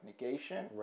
negation